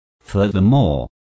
Furthermore